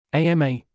AMA